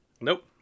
nope